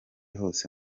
hose